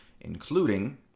including